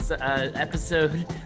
episode